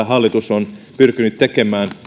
hallitus on pyrkinyt tätä tekemään